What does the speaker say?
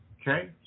Okay